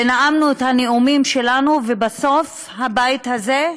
ונאמנו את הנאומים שלנו, ובסוף הבית הזה,